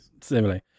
Similarly